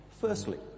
Firstly